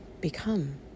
become